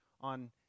on